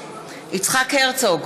נגד יצחק הרצוג,